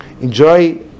Enjoy